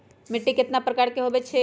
मिट्टी कतना प्रकार के होवैछे?